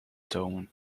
tomen